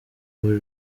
muri